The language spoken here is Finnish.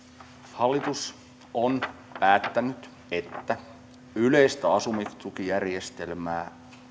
hallitus on päättänyt että yleistä asumistukijärjestelmää